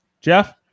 Jeff